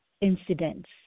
incidents